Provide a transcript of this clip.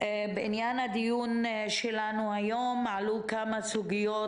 בעניין הדיון שלנו היום עלו כמה סוגיות